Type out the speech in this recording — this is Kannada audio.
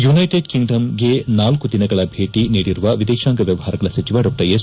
ಯುನೈಟೆಡ್ ಕಿಂಗ್ಡಮ್ ಗೆ ನಾಲ್ಕು ದಿನಗಳ ಭೇಟಿ ನೀಡಿರುವ ವಿದೇಶಾಂಗ ವ್ಯವಹಾರಗಳ ಸಚಿವ ಡಾ ಎಸ್